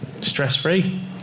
stress-free